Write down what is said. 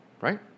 right